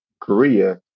korea